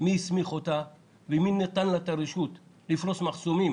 מי הסמיך אותה ומי נתן לה את הרשות לפרוס מחסומים